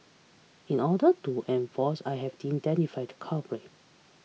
in order to enforce I have to identify the culprit